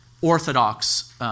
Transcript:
orthodox